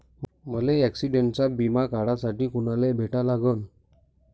मले ॲक्सिडंटचा बिमा काढासाठी कुनाले भेटा लागन?